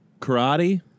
karate